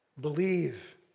Believe